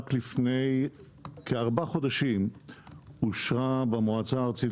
רק לפני כ-4 חודשים אושרה במועצה הארצית